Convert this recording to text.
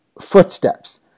footsteps